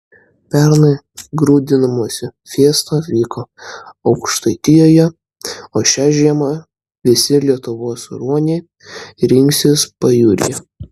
pernai grūdinimosi fiesta vyko aukštaitijoje o šią žiemą visi lietuvos ruoniai rinksis pajūryje